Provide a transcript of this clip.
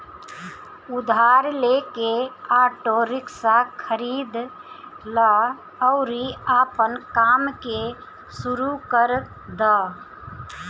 उधार लेके auto rickshaw खरीद लअ अउरी आपन काम के शुरू कर दअ